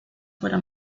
fuera